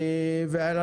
ובלבד